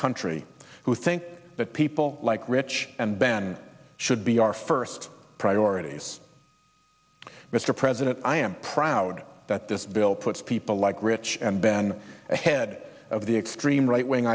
country who think that people like rich and band should be our first priority as mr president i am proud that this bill puts people like rich and ban ahead of the extreme right wing